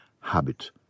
habit